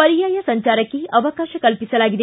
ಪರ್ಯಾಯ ಸಂಚಾರಕ್ಕೆ ಅವಕಾಶ ಕಲ್ಪಿಸಲಾಗಿದೆ